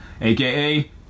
aka